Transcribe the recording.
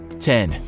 ten.